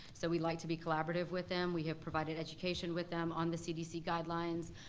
so we like to be collaborative with them, we have provided education with them on the cdc guidelines,